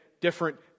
different